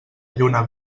lluna